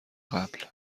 قبل